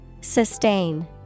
Sustain